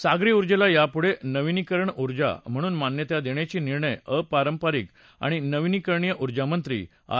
सागरी उजेला यापुढं नवीकरणीय उर्जा म्हणून मान्यता देण्याचा निर्णय अपारंपारिक आणि नवीकरणीय उर्जामंत्री आर